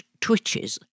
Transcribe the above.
twitches